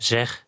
Zeg